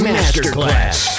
Masterclass